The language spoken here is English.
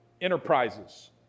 Enterprises